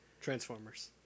Transformers